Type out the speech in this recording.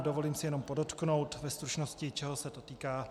Dovolím si jenom podotknout ve stručnosti, čeho se to týká.